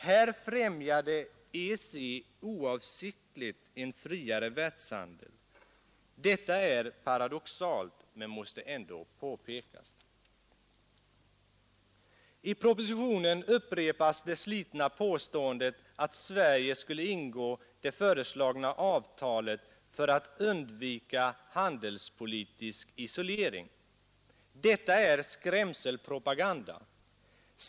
Här främjade EEC oavsiktligt en friare världshandel. Detta är paradoxalt men måste ändå påpekas. I propositionen upprepas det slitna påståendet att Sverige skulle ingå det föreslagna avtalet för att undvika handelspolitisk isolering. Detta är skrämselpropaganda.